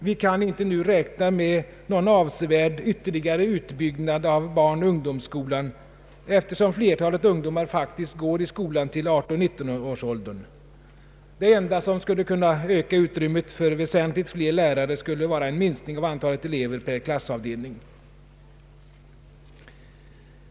Vi kan inte nu räkna med någon avsevärd ytterligare utbyggnad av barnoch ungdomsskolan, eftersom flertalet ungdomar faktiskt går i skolan till 18—19-årsåldern. Det enda som skulle kunna öka utrymmet för väsentligt fler lärare skulle vara en minskning av antalet elever per klassavdelning.